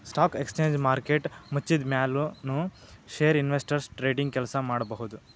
stock exchange market ಮುಚ್ಚಿದ್ಮ್ಯಾಲ್ ನು share investors trading ಕೆಲ್ಸ ಮಾಡಬಹುದ್